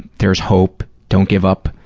there's hope, don't give up,